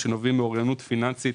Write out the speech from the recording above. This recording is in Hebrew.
שנובעים מאוריינות פיננסית